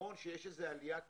נכון שיש איזו עלייה קלה.